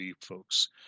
folks